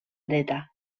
dreta